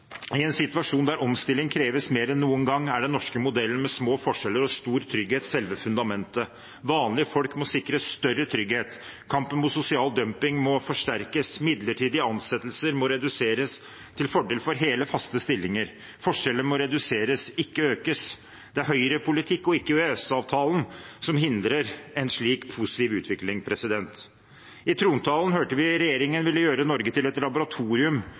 I en situasjon der omstilling kreves mer enn noen gang, er den norske modellen med små forskjeller og stor trygghet selve fundamentet. Vanlige folk må sikres større trygghet. Kampen mot sosial dumping må forsterkes. Midlertidige ansettelser må reduseres til fordel for hele, faste stillinger. Forskjeller må reduseres, ikke økes. Det er høyrepolitikk, ikke EØS-avtalen, som hindrer en slik positiv utvikling. I trontalen hørte vi at regjeringen ville gjøre Norge til et laboratorium